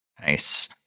nice